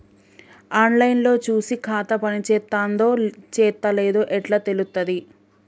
On line లో చూసి ఖాతా పనిచేత్తందో చేత్తలేదో ఎట్లా తెలుత్తది?